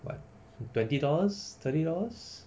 what twenty dollars thirty dollars